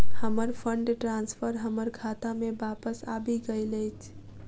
हमर fund transfer हमर खाता मे बापस आबि गइल अछि